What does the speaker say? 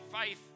faith